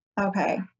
Okay